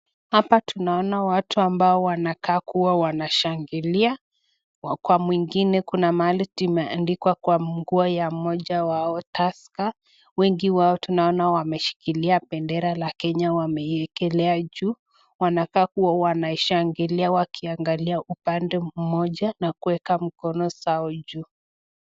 Hapa tunaona watu ambao wanakaa kuwa wanashangilia, kwa mwingine kuna mahali imeandikwa kwa nguo ya moja wao tusker, wengi wao tunaona wameshikilia bendera la Kenya wameikelea juu, wanakaa kuwa wanashangilia wakiangalia upande moja na kuweka mkono zao juu.